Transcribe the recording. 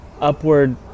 upward